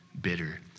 bitter